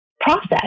process